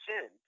sin